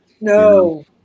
No